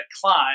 climb